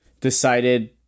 decided